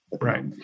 Right